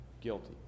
Guilty